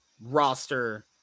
roster